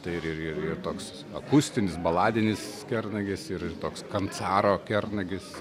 tai ir ir ir ir toks akustinis baladinis kernagis ir toks kancaro kernagis